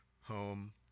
home